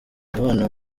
abana